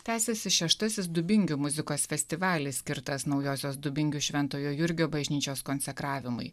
tęsiasi šeštasis dubingių muzikos festivalis skirtas naujosios dubingių šventojo jurgio bažnyčios konsekravimui